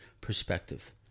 perspective